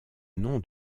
nom